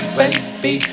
baby